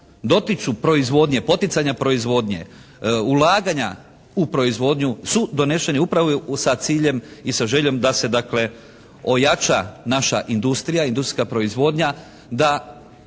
dotiču proizvodnje, poticanja proizvodnje, ulaganja u proizvodnju su donešeni upravo sa ciljem i sa željom da se ojača naša industrija, industrijska proizvodnja da